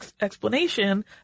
explanation